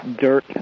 dirt